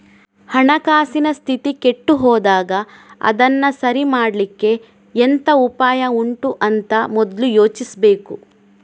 ಹಣಕಾಸಿನ ಸ್ಥಿತಿ ಕೆಟ್ಟು ಹೋದಾಗ ಅದನ್ನ ಸರಿ ಮಾಡ್ಲಿಕ್ಕೆ ಎಂತ ಉಪಾಯ ಉಂಟು ಅಂತ ಮೊದ್ಲು ಯೋಚಿಸ್ಬೇಕು